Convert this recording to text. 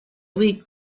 week